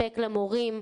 לספק למורים,